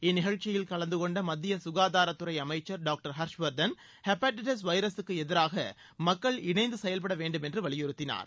இந்நிகழ்ச்சியில் கலந்து கொண்ட மத்திய சுகாதாரத்துறை அமைச்சர் டாக்டர் ஹர்ஷ்வர்தன் ஹெபடிடிஸ் வைரஸுக்கு எதிராக மக்கள் இணைந்து செயல்படவேண்டும் என்று வலியுறுத்தினார்